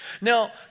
Now